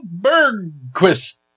Bergquist